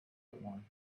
one